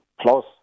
plus